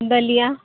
دلیا